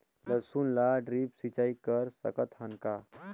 लसुन ल ड्रिप सिंचाई कर सकत हन का?